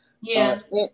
Yes